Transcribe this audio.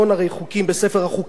ולהוסיף לכל אחד מהם.